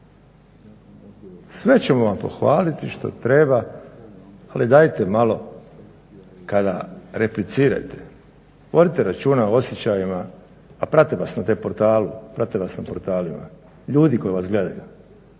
Sve ćemo vam pohvaliti što treba, ali dajte malo kada replicirate vodite računa o osjećajima. Pa prate vas na T-portalu, prate nas na portalima, ljudi koji vas gledaju.